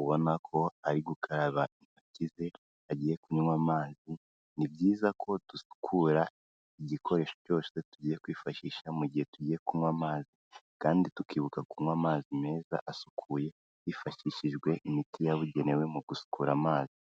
ubona ko ari gukaraba intoki ze agiye kunywa amazi, ni byiza ko dusukura igikoresho cyose tugiye kwifashisha mu gihe tugiye kunywa amazi kandi tukibuka kunywa amazi meza asukuye hifashishijwe imiti yabugenewe mu gusukura amazi.